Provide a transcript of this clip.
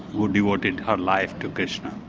who devoted her life to krishna.